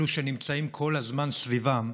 אלה שנמצאים כל הזמן סביבם,